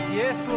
yes